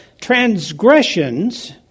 transgressions